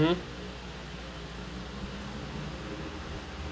mm